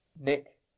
Nick